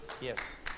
Yes